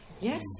Yes